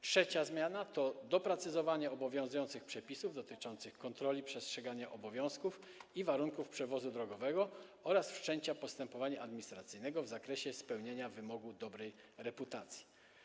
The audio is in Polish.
Trzecia zmiana to doprecyzowanie obowiązujących przepisów dotyczących kontroli przestrzegania obowiązków i warunków przewozu drogowego oraz wszczęcia postępowania administracyjnego w zakresie spełnienia wymogu dobrej reputacji.